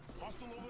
boston